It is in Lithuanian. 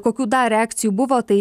kokių dar reakcijų buvo tai